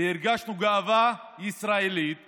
והרגשנו גאווה ישראלית